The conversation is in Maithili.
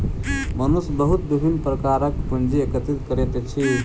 मनुष्य बहुत विभिन्न प्रकारक पूंजी एकत्रित करैत अछि